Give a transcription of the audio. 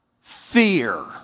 fear